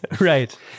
Right